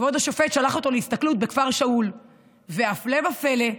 כבוד השופט שלח אותו להסתכלות בכפר שאול והפלא ופלא,